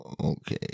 Okay